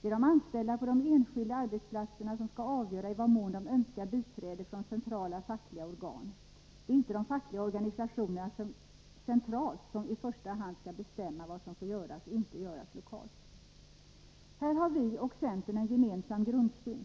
Det är de anställda på de enskilda arbetsplatserna som skall avgöra i vad mån de önskar biträde från centrala fackliga organ. Det är inte de fackliga organisationerna centralt som skall bestämma vad som får göras och inte göras lokalt. Här har vi och centern en gemensam grundsyn,